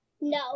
no